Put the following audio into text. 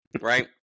right